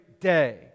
day